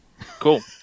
Cool